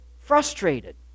frustrated